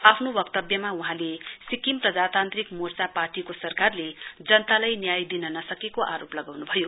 आफ्नो वक्तव्यमा वहाँले सिक्किम प्रजातान्त्रिक मोर्चा पार्टीको सरकारले जनतालाई न्याय दिन नसकेको आरोप लगाउन्भयो